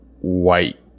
white